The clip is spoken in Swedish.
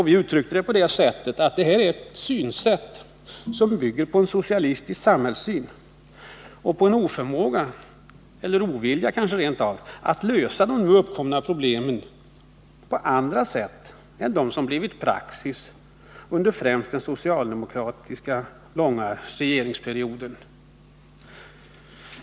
Vi sade att detta är ett synsätt som bygger på en socialistisk samhällssyn och på en oförmåga, kanske rent av ovilja, att lösa de nu uppkomna problemen på andra sätt än dem som har blivit praxis under främst den långa socialdemokratiska regeringsperioden.